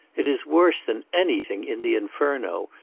it is worse than anything in the inferno.